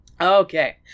Okay